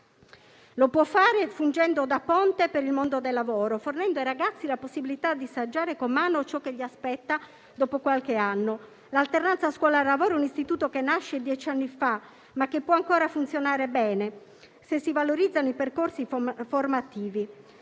Lo può fare fungendo da ponte per il mondo del lavoro, fornendo ai ragazzi la possibilità di saggiare con mano ciò che li aspetta dopo qualche anno. L'alternanza scuola-lavoro è un istituto che nasce dieci anni fa, ma che può ancora funzionare bene se si valorizzano i percorsi formativi.